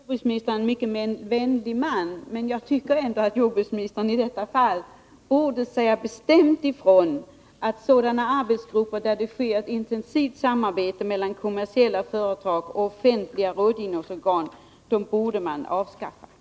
Herr talman! Jag vet att jordbruksministern är en mycket vänlig man, men jag tycker ändå att jordbruksministern i detta fall bestämt borde säga ifrån att sådana arbetsgrupper där det sker ett intensivt samarbete mellan kommersiella företag och offentliga rådgivningsorgan bör avskaffas.